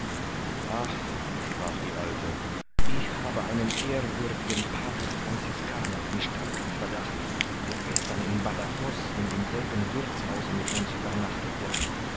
sprach die alte ich habe einen ehrwürdigen pater franziskaner in starkem verdacht der gestern in badajoz in demselben wirthshause mit uns übernachtete